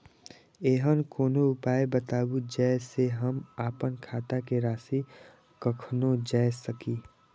ऐहन कोनो उपाय बताबु जै से हम आपन खाता के राशी कखनो जै सकी?